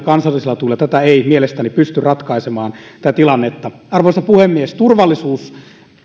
kansallisilla tuilla tätä tilannetta ei mielestäni pystytä ratkaisemaan arvoisa puhemies turvallisuus